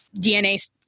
DNA